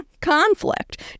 conflict